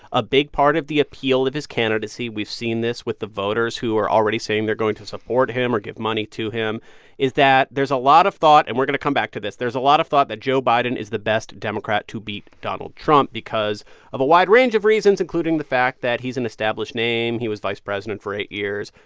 a big part of the appeal of his candidacy we've seen this with the voters who are already saying they're going to support him or give money to him is that there's a lot of thought and we're going to come back to this there's a lot of thought that joe biden is the best democrat to beat donald trump because of a wide range of reasons, including the fact that he's an established name. he was vice president for eight years.